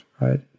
right